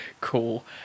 Cool